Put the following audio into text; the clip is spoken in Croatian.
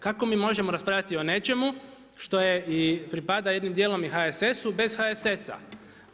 Kako mi možemo raspravljati o nečemu što pripada jednim dijelom i HSS-u bez HSS-a?